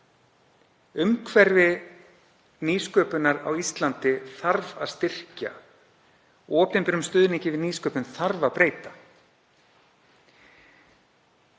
Umhverfi nýsköpunar á Íslandi þarf að styrkja, opinberum stuðningi við nýsköpun þarf að breyta